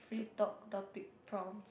free talk topic prompts